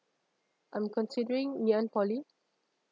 I'm continuing ngeeann poly